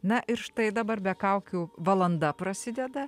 na ir štai dabar be kaukių valanda prasideda